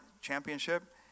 championship